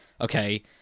Okay